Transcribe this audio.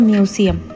Museum